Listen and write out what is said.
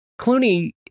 Clooney